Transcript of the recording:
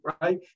right